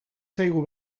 zaigu